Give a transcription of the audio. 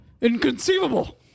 inconceivable